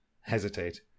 hesitate